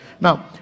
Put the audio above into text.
Now